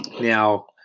Now